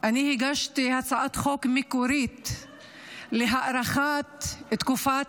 אני הגשתי הצעת חוק מקורית להארכת תקופת